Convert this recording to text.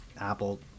Apple